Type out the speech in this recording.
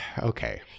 Okay